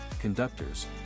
conductors